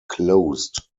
closed